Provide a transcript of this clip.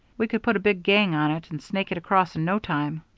we can put a big gang on it, and snake it across in no time.